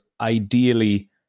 ideally